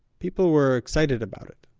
people were excited about it.